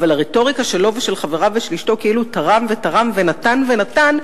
אבל הרטוריקה שלו ושל חבריו ושל אשתו כאילו הוא תרם ותרם ונתן ונתן,